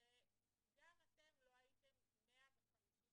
שגם אתם לא הייתם 150%